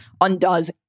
undoes